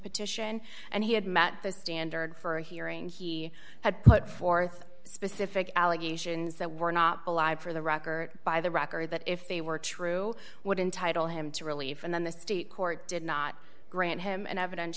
petition and he had met the standard for a hearing he had put forth specific allegations that were not to live for the record by the record that if they were true would entitle him to relief and then the state court did not grant him an eviden